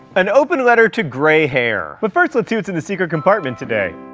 an open letter to grey hair. but first, let's see what's in the secret compartment today.